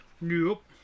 Nope